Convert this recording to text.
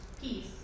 peace